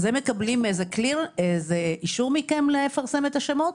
הם מקבלים אישור מכם לפרסם את השמות?